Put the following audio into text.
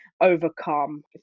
overcome